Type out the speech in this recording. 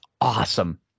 awesome